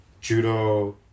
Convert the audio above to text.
judo